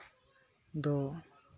ᱫᱚ